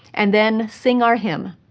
and then sing our hymn.